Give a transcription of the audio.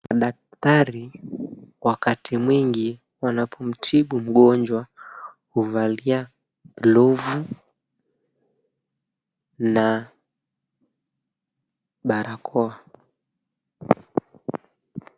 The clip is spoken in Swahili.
Daktari wakati mwingi wanapomtibu mgonjwa, huvalia glovu na barakoa.